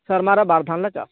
ᱥᱮᱨᱢᱟᱨᱮ ᱵᱟᱨ ᱫᱷᱟᱣᱞᱮ ᱪᱟᱥᱟ